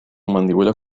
mandíbula